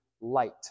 light